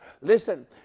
Listen